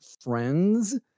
friends